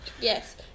Yes